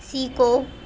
سیکھو